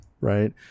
right